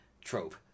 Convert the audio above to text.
trope